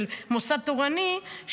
מוסד תורני,